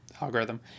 algorithm